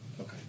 Okay